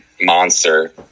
monster